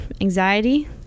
anxiety